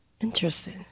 interesting